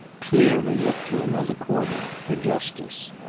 clearly looked to another quarter for justice.